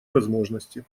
возможности